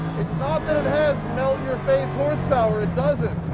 it's not that it has melt your face horsepower. it doesn't.